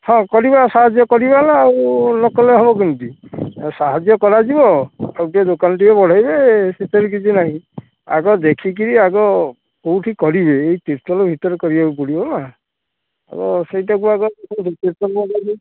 ହଁ କରିବା ସାହାଯ୍ୟ କରିବା ନା ଆଉ ନକଲେ ହେବ କେମିତି ଆଉ ସାହାଯ୍ୟ କରାଯିବ ଆଉ ଟିକେ ଦୋକାନ ଟିକେ ବଢାଇବେ ସେଥିରେ କିଛି ନାହିଁ ଆଗ ଦେଖିକିରି ଆଗ କେଉଁଠି କରିବେ ଏହି ତିର୍ତ୍ତୋଲ ଭିତରେ କରିବାକୁ ପଡ଼ିବବା ଆଉ ସେଇଟାକୁ ଆଗ ତିର୍ତ୍ତୋଲ